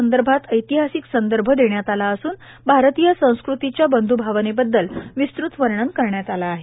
संदर्भात ऐतिहासिक संदर्भ देण्यात आला असून भारतीय संस्कृतीच्या बंधू भावनेबद्दल विस्तृत वर्णन करण्यात आलं आहे